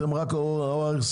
אתם כל היום עם ה-OECD,